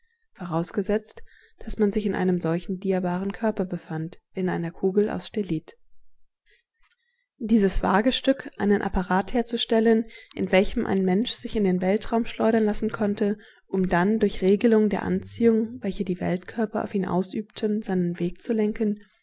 vorausgesetzt daß man sich in einem solchen diabaren körper befand in einer kugel aus stellit dieses wagestück einen apparat herzustellen in welchem ein mensch sich in den weltraum schleudern lassen konnte um dann durch regelung der anziehung welche die weltkörper auf ihn ausübten seinen weg zu lenken